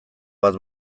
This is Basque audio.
bat